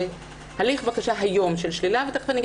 הליך בקשה היום של שלילה ותכף אני אגיד